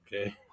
Okay